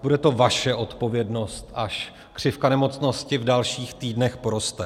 Bude to vaše odpovědnost, až křivka nemocnosti v dalších týdnech poroste.